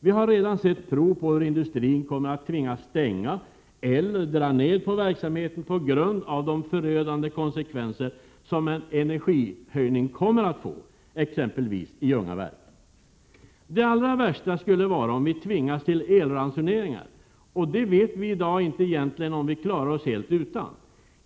Vi har redan sett prov på hur industrin kommer att tvingas stänga eller dra ned på verksamheten på grund av de förödande konsekvenser som en energiprishöjning kommer att få, exempelvis i Ljungaverken. Det allra värsta skulle vara om vi tvingades till elransoneringar, och det vet vi egentligen inte i dag om vi kan klara oss helt utan.